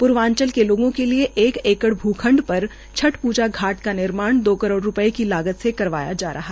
पूर्वाचल के लोगों के लिए एक एकड़ भ्रखंड पर छट पूजा घाट का निर्माण दो करोड़ रूपये की लागत से करवाया जा रहा है